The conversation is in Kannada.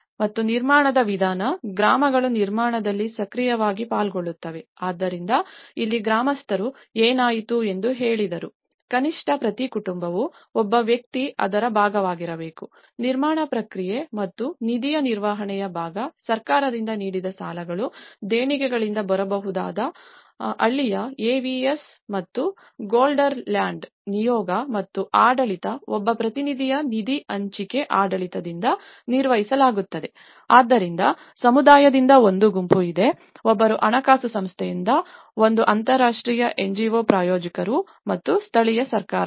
ಮತ್ತು ನಿರ್ಮಾಣದ ವಿಧಾನ ಗ್ರಾಮಗಳು ನಿರ್ಮಾಣದಲ್ಲಿ ಸಕ್ರಿಯವಾಗಿ ಪಾಲ್ಗೊಳ್ಳುತ್ತವೆ ಆದ್ದರಿಂದ ಇಲ್ಲಿ ಗ್ರಾಮಸ್ಥರು ಏನಾಯಿತು ಎಂದು ಹೇಳಿದರು ಕನಿಷ್ಠ ಪ್ರತಿ ಕುಟುಂಬವು ಒಬ್ಬ ವ್ಯಕ್ತಿ ಅದರ ಭಾಗವಾಗಿರಬೇಕು ನಿರ್ಮಾಣ ಪ್ರಕ್ರಿಯೆ ಮತ್ತು ನಿಧಿಯ ನಿರ್ವಹಣೆಯ ಭಾಗ ಸರ್ಕಾರದಿಂದ ನೀಡಿದ ಸಾಲಗಳು ಮತ್ತು ದೇಣಿಗೆಗಳಿಂದ ಬಂದವುಗಳನ್ನು ಹಳ್ಳಿಯ AVS ಮತ್ತು ಗೆಲ್ಡರ್ಲ್ಯಾಂಡ್ ನಿಯೋಗ ಮತ್ತು ಆಡಳಿತ ಒಬ್ಬ ಪ್ರತಿನಿಧಿಯ ನಿಧಿ ಹಂಚಿಕೆ ಆಡಳಿತದಿಂದ ನಿರ್ವಹಿಸಲಾಗುತ್ತದೆ ಆದ್ದರಿಂದ ಸಮುದಾಯದಿಂದ ಒಂದು ಗುಂಪು ಇದೆ ಒಬ್ಬರು ಹಣಕಾಸು ಸಂಸ್ಥೆಯಿಂದ ಒಂದು ಅಂತರಾಷ್ಟ್ರೀಯ NGO ಪ್ರಾಯೋಜಕರು ಮತ್ತು ಸ್ಥಳೀಯ ಸರ್ಕಾರಗಳಿಂದ